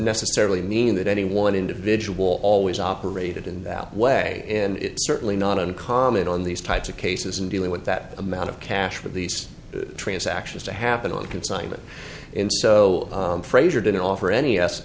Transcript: necessarily mean that any one individual always operated in that way and it's certainly not uncommon on these types of cases in dealing with that amount of cash for these transactions to happen on consignment and so frazier didn't offer any us